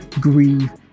grieve